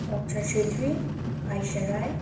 Akshar Chhetri Aisha Rai